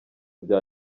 bya